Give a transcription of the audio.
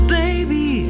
baby